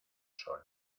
sol